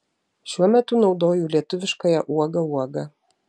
šiuo metu naudoju lietuviškąją uoga uoga